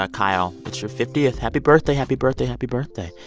ah kyle. it's your fiftieth. happy birthday, happy birthday, happy birthday.